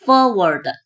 Forward